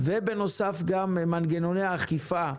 ובנוסף גם מנגנוני האכיפה,